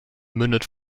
mündet